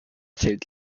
zählt